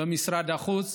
במשרד החוץ